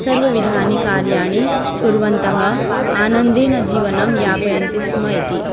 सर्वविधानि कार्याणि कुर्वन्तः आनन्देन जीवनं यापयन्ति स्म इति